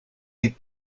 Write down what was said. des